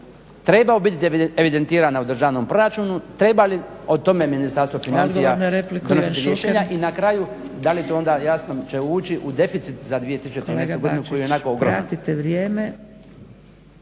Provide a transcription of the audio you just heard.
trebao biti evidentiran u državnom proračunu, treba li o tome Ministarstvo financija donositi rješenja i na kraju da li to onda jasno će ući u deficit za 2013.koji je i onako ogroman.